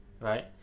Right